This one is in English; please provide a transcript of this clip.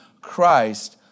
Christ